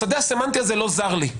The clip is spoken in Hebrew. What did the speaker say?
השדה הסמנטי הזה לא זר לי.